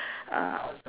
uh